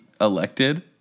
elected